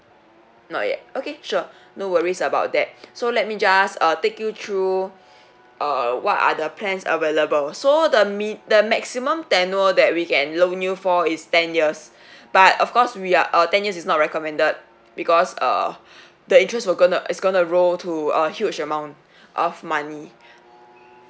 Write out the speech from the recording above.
not yet okay sure no worries about that so let me just uh take you through uh what are the plans available so the mi~ the maximum tenure that we can loan you for is ten years but of course we are uh ten years is not recommended because uh the interest will gonna is gonna roll to a huge amount of money